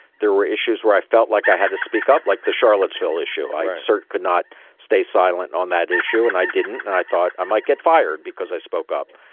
there were issues where i felt like i had to speak up, like the charlottesville issue. i so could not stay silent on that issue. and i didn't. and i thought i might get fired because i spoke up.